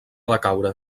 decaure